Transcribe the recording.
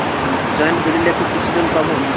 Joint দলিলে কি কৃষি লোন পাব?